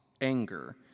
anger